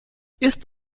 ist